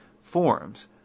forms